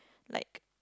like